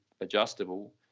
adjustable